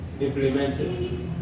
implemented